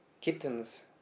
kittens